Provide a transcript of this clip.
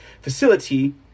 facility